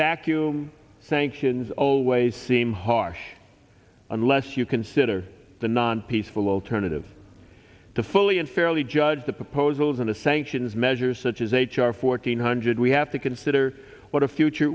vacuum sanctions always seem harsh unless you consider the non peaceful alternative to fully and fairly judge the proposals in the sanctions measures such as h r fourteen hundred we have to consider what a future